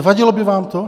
Vadilo by vám to?